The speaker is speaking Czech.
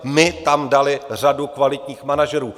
My tam dali řadu kvalitních manažerů.